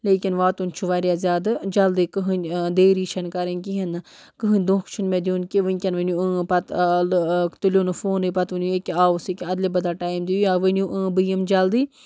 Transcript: لیکِن واتُن چھُ واریاہ زیادٕ جلدی کٕہۭنۍ دیری چھَنہٕ کَرٕنۍ کِہیٖنۍ نہٕ کٕہۭنۍ دھوکہٕ چھُنہٕ مےٚ دیُن کہِ وٕنۍکٮ۪ن ؤنِو اۭں پَتہٕ تُلِو نہٕ فونٕے پَتہٕ ؤنِو أکیٛاہ آوُس ییٚکیٛاہ اَدلہِ بدل ٹایِم دِیِو یا ؤنِو اۭں بہٕ یِمہٕ جلدی